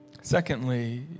Secondly